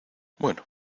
bueno